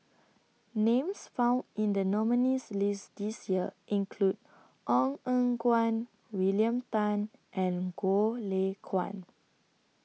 Names found in The nominees' list This Year include Ong Eng Guan William Tan and Goh Lay Kuan